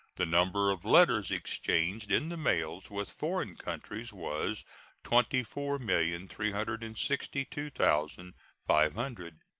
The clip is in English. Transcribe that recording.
the number of letters exchanged in the mails with foreign countries was twenty four million three hundred and sixty two thousand five hundred,